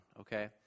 okay